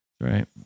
right